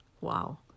Wow